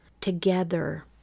together